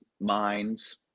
minds